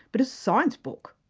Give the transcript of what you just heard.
but a science book,